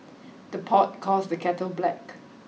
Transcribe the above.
the pot calls the kettle black